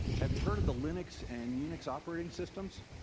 have you heard of the linux and unix operating systems?